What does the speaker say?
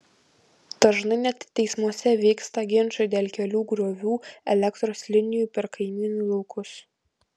dažnai net teismuose vyksta ginčai dėl kelių griovių elektros linijų per kaimynų laukus